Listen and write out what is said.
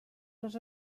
les